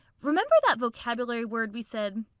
remember that vocabulary word we said,